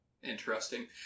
interesting